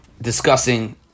discussing